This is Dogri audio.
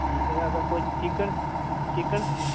ते ठीक ऐ अगर कोई चिकन चिकन